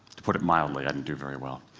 to put it mildly, i didn't do very well.